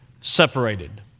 separated